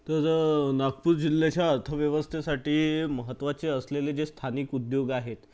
तो जो नागपूर जिल्ह्याच्या अर्थव्यवस्थेसाठी महत्त्वाचे असलेले जे स्थानिक उद्योग आहेत